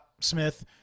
Smith